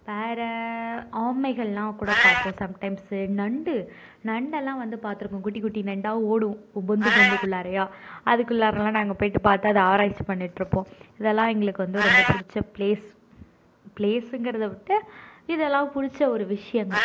வேறே ஆமைகள்லாம் கூட பார்ப்போம் சம்டைம்ஸ் நண்டு நண்டெல்லாம் வந்து பார்த்துருக்கோம் குட்டி குட்டி நண்டாக ஓடும் பொந்து பொந்துக்குள்ளாரயா அதுக்குள்ளாறலாம் நாங்கள் போயிட்டு பார்த்து அதை ஆராய்ச்சி பண்ணிட்டிருப்போம் இதெல்லாம் எங்களுக்கு வந்து ரொம்ப பிடிச்ச பிளேஸ் பிளேஸ்ங்கிறதை விட்டு இதெல்லாம் பிடிச்ச ஒரு விஷயங்கள்